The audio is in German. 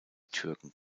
türken